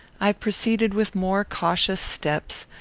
i proceeded with more cautious steps,